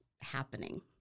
happening